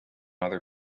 other